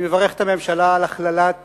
אני מברך את הממשלה על הכללת